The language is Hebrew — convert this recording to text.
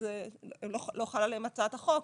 אז לא חל עליהם הצעת החוק.